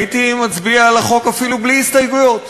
הייתי מצביע לחוק אפילו בלי הסתייגויות.